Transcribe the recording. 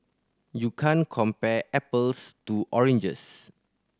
you can't compare apples to oranges